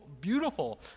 beautiful